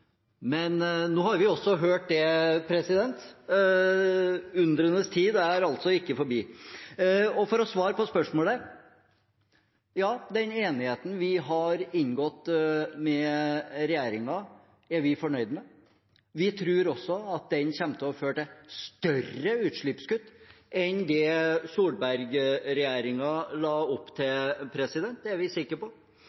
men nå har vi hørt det også. Undrenes tid er altså ikke forbi. For å svare på spørsmålet: Ja, den enigheten vi har inngått med regjeringen, er vi fornøyd med. Vi tror også at den kommer til å føre til større utslippskutt enn det Solberg-regjeringen la opp til